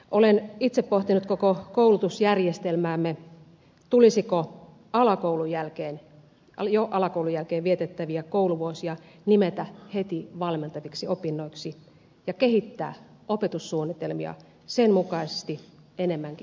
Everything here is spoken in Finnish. olen itse pohtinut koko koulutusjärjestelmäämme tulisiko jo alakoulun jälkeen vietettäviä kouluvuosia nimetä heti valmentaviksi opinnoiksi ja kehittää opetussuunnitelmia sen mukaisesti enemmänkin ohjaaviksi